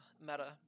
meta